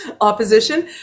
opposition